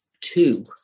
two